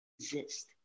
exist